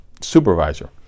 supervisor